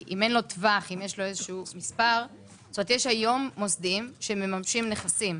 היום יש מוסדיים שמממשים נכסים,